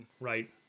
right